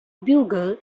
bugle